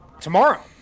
Tomorrow